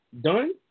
done